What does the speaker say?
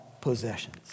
possessions